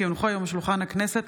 כי הונחו היום על שולחן הכנסת,